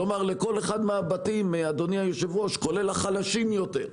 כלומר לכל אחד מהבתים, כולל החלשים יותר.